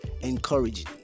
encouraging